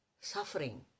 suffering